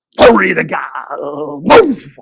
hurry the gonna be